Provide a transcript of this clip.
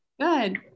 Good